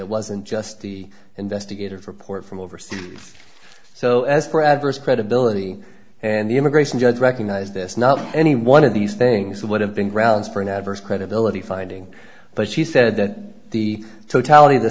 it wasn't just the investigative report from overseas so as for adverse credibility and the immigration judge recognized this not any one of these things would have been grounds for an adverse credibility finding but she said that the t